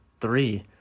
three